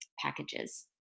packages